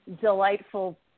delightful